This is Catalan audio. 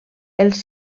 els